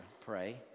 pray